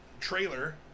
trailer